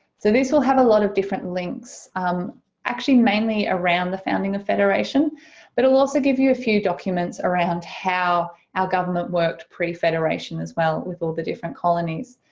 so this will have a lot of different links actually mainly around the founding of federation but it will also give you a few documents around how our government worked pre federation as well with all the different colonies.